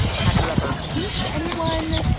have you ever pinched anyone?